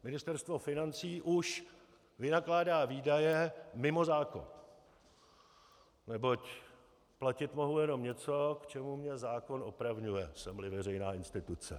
Ministerstvo financí už vynakládá výdaje mimo zákon, neboť platit mohu jenom něco, k čemu mě zákon opravňuje, jsemli veřejná instituce.